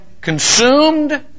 consumed